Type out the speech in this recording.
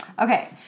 Okay